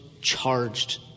charged